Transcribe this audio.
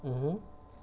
mmhmm